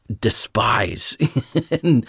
despise